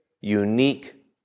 unique